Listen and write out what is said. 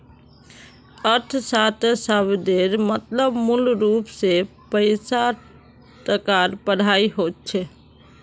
अर्थशाश्त्र शब्देर मतलब मूलरूप से पैसा टकार पढ़ाई होचे